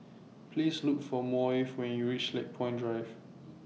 Please Look For Maeve when YOU REACH Lakepoint Drive